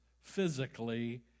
physically